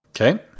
Okay